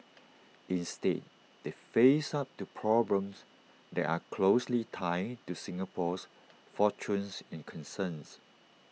instead they face up to problems that are closely tied to Singapore's fortunes and concerns